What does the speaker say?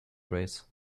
race